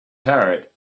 parrot